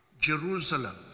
Jerusalem